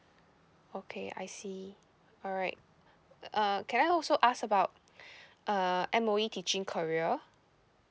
okay I see alright uh can I also ask about uh M_O_E teaching career